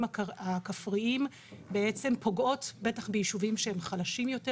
הכפריים בעצם פוגעות ביישובים שהם חלשים יותר,